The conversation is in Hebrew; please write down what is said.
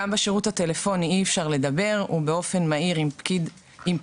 גם בשירות הטלפוני אי אפשר לדבר באופן מהיר עם פקיד.